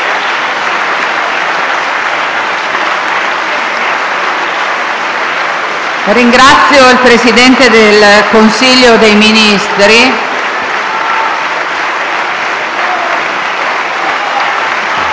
Ringrazio il Presidente del Consiglio dei ministri.